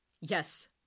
Yes